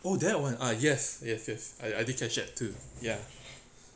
oh that one ya ya I did catch it too ya